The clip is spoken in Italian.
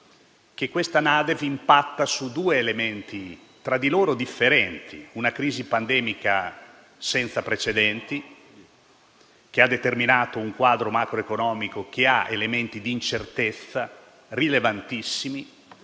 di aggiornamento impatta su due elementi tra di loro differenti. Il primo è una crisi pandemica senza precedenti, che ha determinato un quadro macroeconomico che ha elementi di incertezza rilevantissimi;